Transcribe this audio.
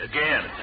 again